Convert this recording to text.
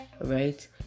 right